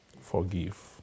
forgive